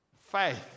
faith